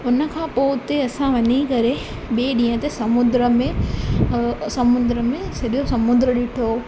उन खां पोइ उते असां वञी करे ॿिए ॾींहं ते समुंड में समुंड में सॼो समुंडु ॾिठो